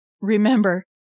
Remember